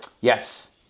Yes